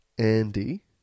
Andy